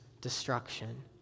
destruction